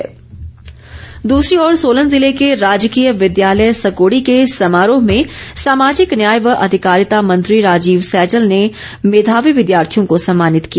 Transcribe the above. सैजल दूसरी ओर सोलन जिले के राजकीय विद्यालय सकोड़ी के समारोह में सामाजिक न्याय व अधिकारिता मंत्री राजीव सैजल ने मेधावी विद्यार्थियों को सम्मानित किया